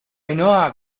ainhoa